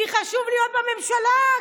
כי חשוב להיות בממשלה,